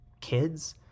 kids